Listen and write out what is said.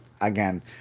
again